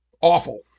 awful